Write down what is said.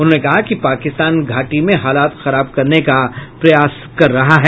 उन्होंने कहा कि पाकिस्तान घाटी में हालात खराब करने का प्रयास कर रहा है